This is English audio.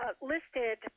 listed